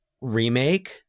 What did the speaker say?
remake